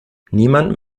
niemand